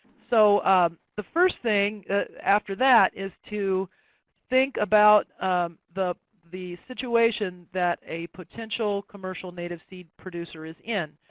so the first thing after that is to think about the the situation that a potential commercial native seed producer is in.